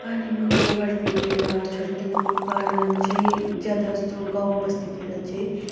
पानीमा गोबर फिटेर छर्कनुको कारण चाहिँ ज्यादा जस्तो गाउँ बस्तीतिर चाहिँ